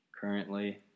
currently